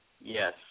Yes